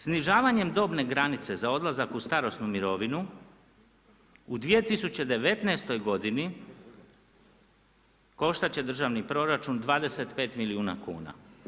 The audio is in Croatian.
Snižavanjem dobne granice za odlazak u starosnu mirovinu u 2019. godini koštat će državni proračun 25 milijuna kuna.